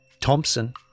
Thompson